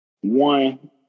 One